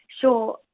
sure